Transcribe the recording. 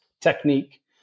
technique